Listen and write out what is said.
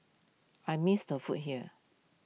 I miss the food here